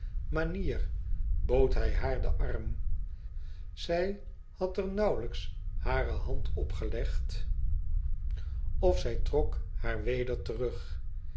manier bood hij haar den arm zij had er nauwelijks hare hand op gelegd of zij trok haar weder terug